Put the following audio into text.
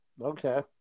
Okay